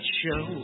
show